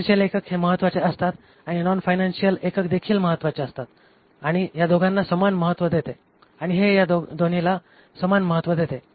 financial एकक हे महत्वाचे असतात आणि नॉन फायनांशीअल एककदेखील महत्वाचे असतात आणि हे दोन्हीला समान महत्व देते